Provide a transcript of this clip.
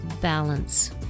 balance